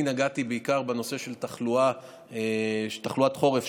אני נגעתי בעיקר בנושא של תחלואת חורף,